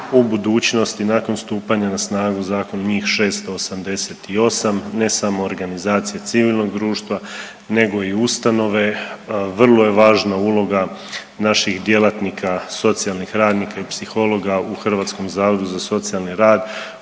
u budućnosti nakon stupanja na snagu zakona njih 688, ne samo organizacije civilnog društva, nego i ustanove. Vrlo je važna uloga naših djelatnika socijalnih radnika i psihologa u Hrvatskom zavodu za socijalni rad